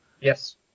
Yes